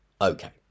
Okay